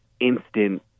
instant